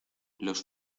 los